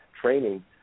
training